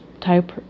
type